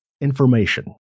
information